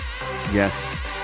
Yes